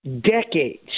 decades